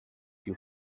più